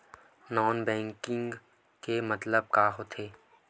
Non banking के मतलब का होथे?